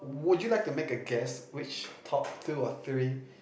would you like to make a guess which top two or three